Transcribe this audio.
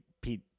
Pete